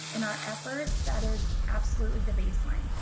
in our efforts that is absolutely the baseline.